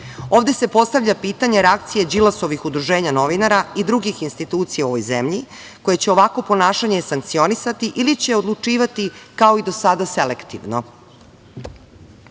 se postavlja pitanje reakcije Đilasovih udruženja novinara i drugih institucija u ovoj zemlji, koje će ovako ponašanje sankcionisati ili će odlučivati kao i do sada selektivno.